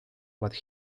but